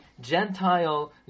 Gentile